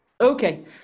Okay